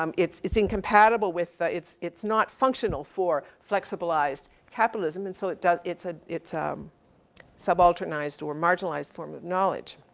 um it's, its' incompatible with ah it's, it's not functional for flexibilized capitalism and so it does, it's a, it's a subalternized or marginalized form of knowledge.